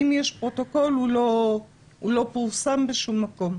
אם יש פרוטוקול הוא לא פורסם בשום מקום.